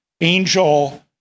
ANGEL